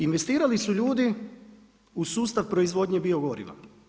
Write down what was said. Investirali su ljudi u sustav proizvodnje bio goriva.